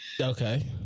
Okay